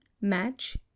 match